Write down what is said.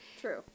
true